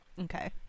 Okay